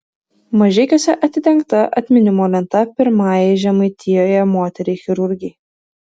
mažeikiuose atidengta atminimo lenta pirmajai žemaitijoje moteriai chirurgei